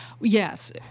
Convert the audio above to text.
Yes